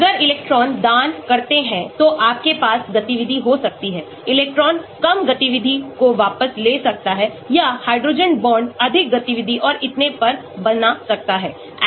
अगर इलेक्ट्रॉन दान करते हैं तो आपके पास गतिविधि हो सकती है इलेक्ट्रॉन कम गतिविधि को वापस ले सकता है या हाइड्रोजन बांड अधिक गतिविधि और इतने पर बना सकता है